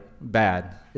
bad